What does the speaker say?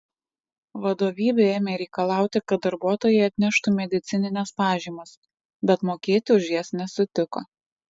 vadovybė ėmė reikalauti kad darbuotojai atneštų medicinines pažymas bet mokėti už jas nesutiko